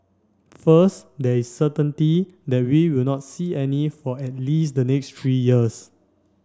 first there is certainty that we will not see any for at least the next three years